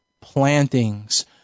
plantings